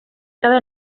cada